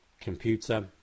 computer